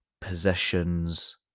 possessions